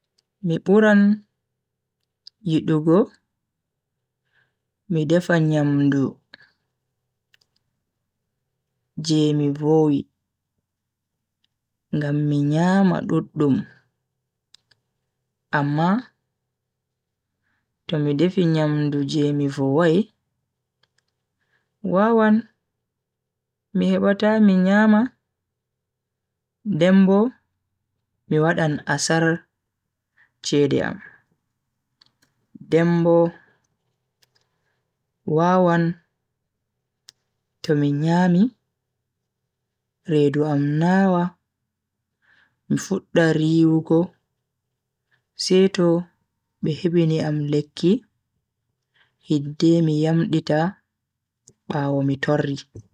Mi buran yidugo mi defa nyamdu je mi vowi ngam mi nyama duddum. amma to mi defi nyamdu je mi vowai, wawan mi hebata mi nyama den bo mi wadan asar cede am. den Bo wawan to mi nyami redu am nawa mi fudda riwugo seto be hebini am lekki hidde mi yamdita bawo mi torri.